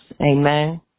Amen